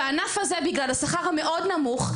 בענף הזה בגלל השכר הנמוך מאוד,